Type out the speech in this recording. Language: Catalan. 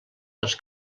dels